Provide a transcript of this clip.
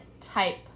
type